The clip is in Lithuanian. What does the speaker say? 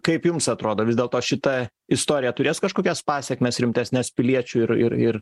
kaip jums atrodo vis dėlto šita istorija turės kažkokias pasekmes rimtesnes piliečių ir ir ir